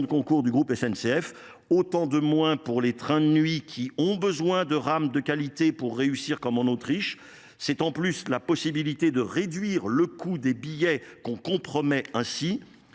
de concours du groupe SNCF. Ce sont autant de moyens en moins pour les trains de nuit, qui ont besoin de rames de qualité pour réussir comme en Autriche, sans compter que c’est la possibilité de réduire le coût des billets que l’on compromet ainsi.